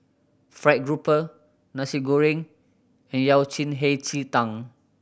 fried grouper Nasi Goreng and yao cen hei ji tang